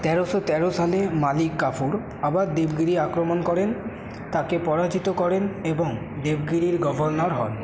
তেরোশো তেরো সালে মালিক কাফুর আবার দেবগিরি আক্রমণ করেন তাকে পরাজিত করেন এবং দেবগিরির গভর্নর হন